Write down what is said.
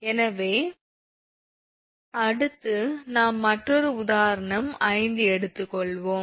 எனவே அடுத்து நாம் மற்றொரு உதாரணம் 5 எடுத்துக் கொள்வோம்